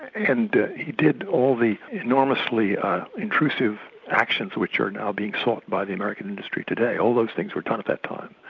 and he did all the enormously intrusive actions which are now being sought by the american industry today, all those things were done at that time.